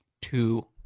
two